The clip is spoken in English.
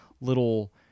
little